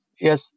yes